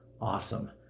awesome